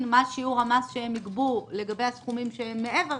מה שיעור המס שהם יגבו לגבי הסכומים שהם מעבר